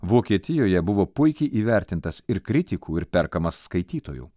vokietijoje buvo puikiai įvertintas ir kritikų ir perkamas skaitytojų